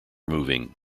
moving